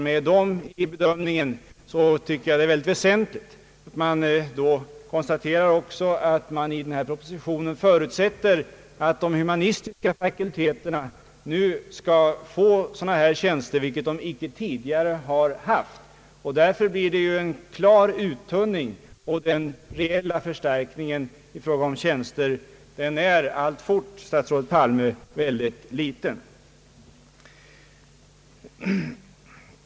Men i bedömningen av dem tycker jag det är väsentligt att komma ihåg att propositionen förutsätter att även de humanistiska fakulteterna skall få sådana tjänster i det nya systemet, vilket de inte tidigare haft. Därför blir det ju en klar uttunning, och den reella förstärkningen i fråga om tjänster är alltfort, statsrådet Palme, väldigt liten.